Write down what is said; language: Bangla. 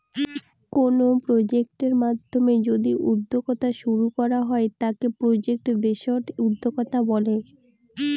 কোনো প্রজেক্টের মাধ্যমে যদি উদ্যোক্তা শুরু করা হয় তাকে প্রজেক্ট বেসড উদ্যোক্তা বলে